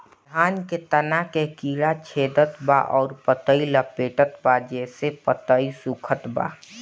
धान के तना के कीड़ा छेदत बा अउर पतई लपेटतबा जेसे पतई सूखत बा?